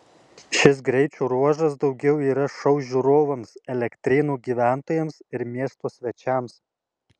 šis greičio ruožas daugiau yra šou žiūrovams elektrėnų gyventojams ir miesto svečiams